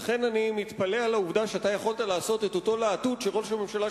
ולכן אני מתפלא על העובדה שאתה יכולת לעשות את אותו להטוט שראש הממשלה,